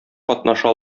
катнаша